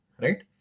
right